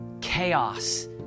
chaos